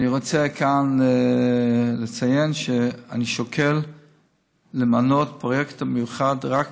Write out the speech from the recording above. אני רוצה לציין כאן שאני שוקל למנות פרויקט מיוחד רק